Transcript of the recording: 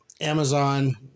Amazon